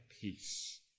peace